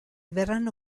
verranno